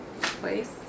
place